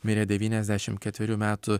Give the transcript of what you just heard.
mirė devyniasdešimt ketverių metų